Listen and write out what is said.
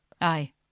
aye